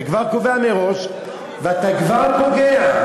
אתה כבר קובע מראש ואתה כבר פוגע.